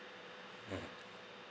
mmhmm